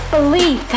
Belief